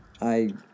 I-